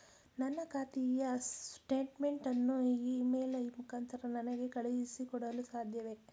ನನ್ನ ಖಾತೆಯ ಸ್ಟೇಟ್ಮೆಂಟ್ ಅನ್ನು ಇ ಮೇಲ್ ಮುಖಾಂತರ ನನಗೆ ಕಳುಹಿಸಿ ಕೊಡಲು ಸಾಧ್ಯವೇ?